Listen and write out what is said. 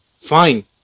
fine